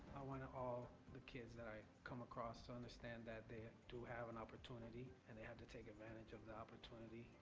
i want all the kids that i come across to understand that they have to have an opportunity and they have to take advantage of the opportunity,